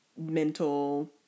mental